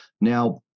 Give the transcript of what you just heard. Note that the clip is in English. Now